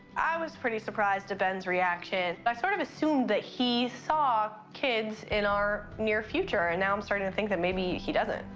i was pretty surprised at ben's reaction. i sort of assumed that he saw kids in our near future, and now i'm starting to think that maybe he doesn't.